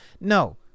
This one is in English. No